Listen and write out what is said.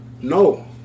No